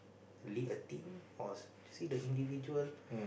lead a team or see the individual